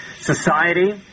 society